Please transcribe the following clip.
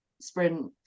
sprint